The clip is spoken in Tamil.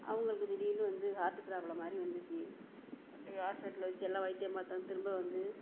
அவர்களுக்கு திடீரெனு வந்து ஹார்ட்டு ப்ராப்ளம் மாதிரி வந்துச்சு அப்படியே ஹாஸ்பிட்டலில் வெச்சு எல்லாம் வைத்தியம் பார்த்தாங்க திரும்ப வந்து